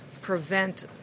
prevent